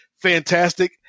fantastic